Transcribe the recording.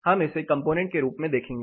हम इसे कंपोनेंट के रूप में देखेंगे